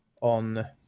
On